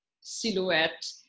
silhouette